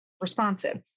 responsive